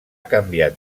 canviat